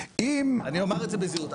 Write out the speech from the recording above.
אני אומר את זה בזהירות,